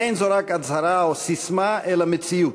אין זו רק הצהרה או ססמה, אלא מציאות